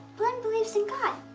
blynn believes in god.